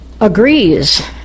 agrees